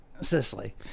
Sicily